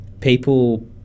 people